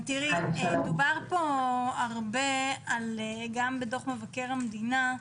דובר פה הרבה, גם בדוח מבקר המדינה,